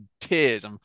tears